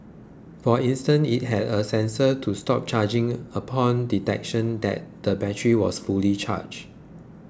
for instance it had a sensor to stop charging upon detection that the battery was fully charged